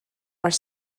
are